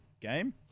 game